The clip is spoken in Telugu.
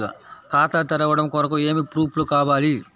ఖాతా తెరవడం కొరకు ఏమి ప్రూఫ్లు కావాలి?